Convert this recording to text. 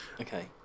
Okay